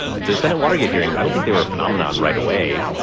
the senate watergate hearings, i don't think they were a phenomenon right away.